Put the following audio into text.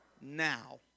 now